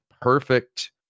perfect